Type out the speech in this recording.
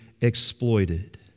exploited